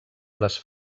les